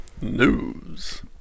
news